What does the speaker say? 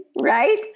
right